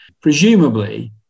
presumably